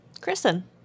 Kristen